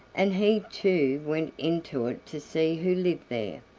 and he too went into it to see who lived there,